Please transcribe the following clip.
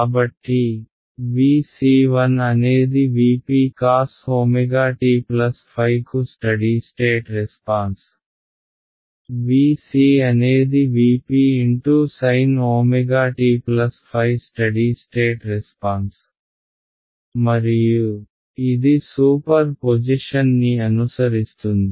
కాబట్టి Vc1 అనేది V p cos ω t ϕ కు steady state response V c అనేది V p × sin ω t ϕ steady state response మరియు ఇది సూపర్ పొజిషన్ ని అనుసరిస్తుంది